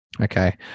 Okay